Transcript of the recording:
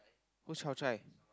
who's Hao-Chai